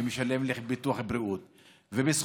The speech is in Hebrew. ביטוח לאומי.